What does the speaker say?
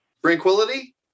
tranquility